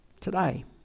today